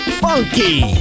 funky